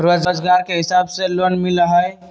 रोजगार के हिसाब से लोन मिलहई?